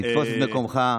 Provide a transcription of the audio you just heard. תתפוס את מקומך.